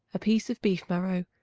a piece of beef-marrow,